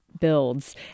builds